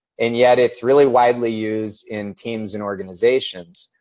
and yet it's really widely used in teams and organizations.